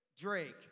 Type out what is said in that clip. Drake